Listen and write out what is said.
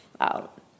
out